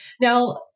Now